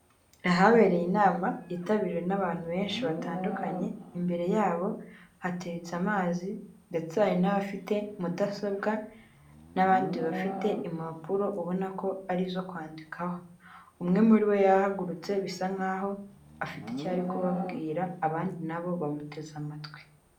Ahabereye inama yitabiriwe n'abantu benshi batandukanye. Imbere yabo hateretse imazi, ndetse hari n'abafite mudasobwa, n'abandi bafite impapuro ubona ko ari izo kwandikaho. Umwe muri bo yahagurutse, bisa nk'aho afite icyo ari kubabwira, abandi na bo bamuteze amatwi.